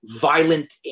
violent